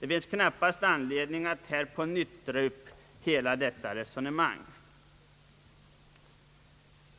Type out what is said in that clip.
Det finns därför knappast anledning att på nytt dra upp hela detta resonemang.